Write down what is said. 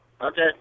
Okay